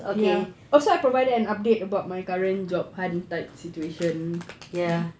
ya also I provided an update about my current job hunt tight situation